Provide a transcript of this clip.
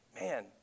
Man